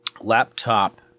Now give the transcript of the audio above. laptop